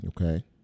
Okay